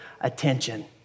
attention